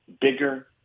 bigger